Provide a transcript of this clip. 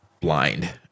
blind